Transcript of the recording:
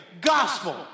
Gospel